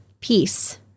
peace